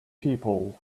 people